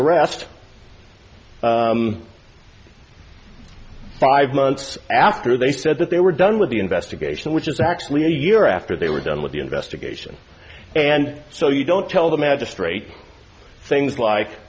arrest five months after they said that they were done with the investigation which is actually a year after they were done with the investigation and so you don't tell the magistrate things like